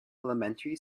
elementary